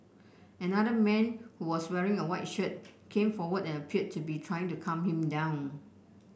another man who was wearing a white shirt came forward and appeared to be trying to calm him down